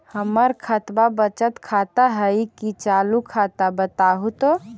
हमर खतबा बचत खाता हइ कि चालु खाता, बताहु तो?